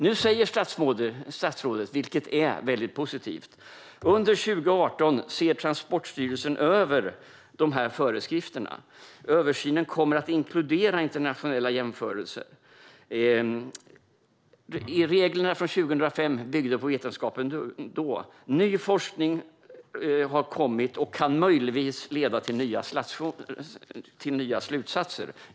Nu säger statsrådet, vilket är väldigt positivt: Under 2018 ser Transportstyrelsen över dessa föreskrifter. Översynen kommer att inkludera internationella jämförelser. Reglerna från 2005 byggde på vetenskapen då. Ny forskning har kommit och kan möjligtvis leda till nya slutsatser.